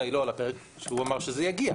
היא לא על הפרק שהוא אמר שזה יגיע,